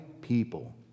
people